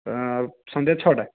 ଆଉ ସନ୍ଧ୍ୟା ଛଅଟା